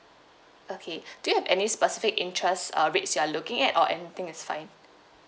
okay do you have any specific interest uh rates you are looking at or anything is fine